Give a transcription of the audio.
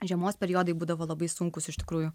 žiemos periodai būdavo labai sunkūs iš tikrųjų